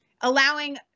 Allowing